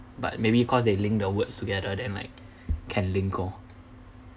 but maybe cause they link the words together then like can link hor